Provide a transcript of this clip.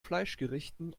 fleischgerichten